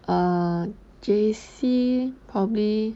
err J_C probably